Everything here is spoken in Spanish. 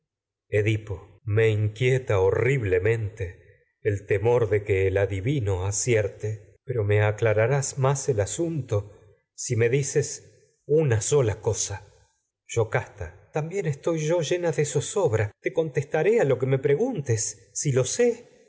me inquieta horriblemente el temor de pero me que adivino acierte aclararás más el asunto si me dices una sola cosa yocasta también estoy yo llena de zozobra te contestaré edipo a lo que me preguntes o si lo sé